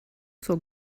zur